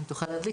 אם תוכל להדליק,